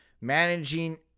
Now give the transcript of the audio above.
Managing